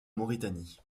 mauritanie